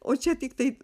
o čia tiktai